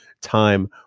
Time